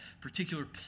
particular